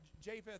Japheth